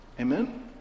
Amen